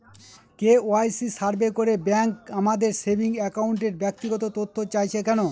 KYC survey করে bank আমাদের saving অ্যাকাউন্টের ব্যক্তিগত তথ্য চাইছে কেন?